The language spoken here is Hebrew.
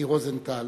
מיקי רוזנטל,